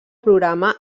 programa